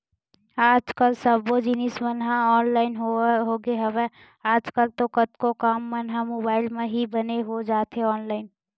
आज कल सब्बो जिनिस मन ह ऑनलाइन होगे हवय, आज कल तो कतको काम मन ह मुबाइल म ही बने हो जाथे ऑनलाइन